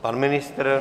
Pan ministr?